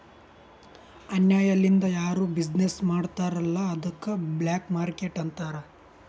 ಅನ್ಯಾಯ ಲಿಂದ್ ಯಾರು ಬಿಸಿನ್ನೆಸ್ ಮಾಡ್ತಾರ್ ಅಲ್ಲ ಅದ್ದುಕ ಬ್ಲ್ಯಾಕ್ ಮಾರ್ಕೇಟ್ ಅಂತಾರ್